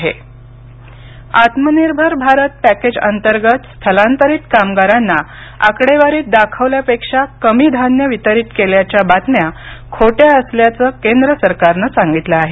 अन्नधान्य आत्मनिर्भर आत्मनिर्भर भारत पॅकेज अंतर्गत स्थलांतरित कामगारांना आकडेवारीत दाखवल्यापेक्षा कमी धान्य वितरित केल्याच्या बातम्या खोट्या असल्याचं केंद्र सरकारनं सांगितलं आहे